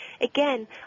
again